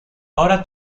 ahora